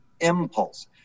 impulse